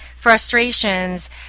frustrations